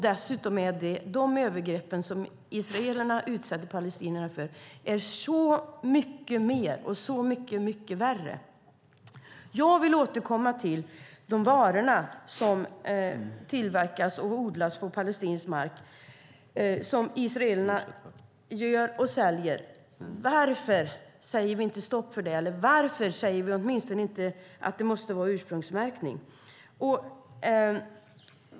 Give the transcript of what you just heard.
Dessutom är de övergrepp israelerna utsätter palestinierna för så många fler och så mycket värre. Jag vill återkomma till de varor som tillverkas och odlas på palestinsk mark och som israeler säljer. Varför sätter vi inte stopp för detta? Varför säger vi åtminstone inte att det måste vara ursprungsmärkning?